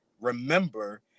remember